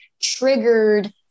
triggered